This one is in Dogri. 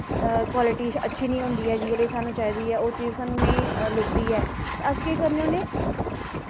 कवालिटी अच्छी निं होंदी ऐ जनेही सानूं चाहिदी होंदी ऐ ओह् चीज़ सानूं नेईं लब्भदी ऐ ते अस केह् करने होन्ने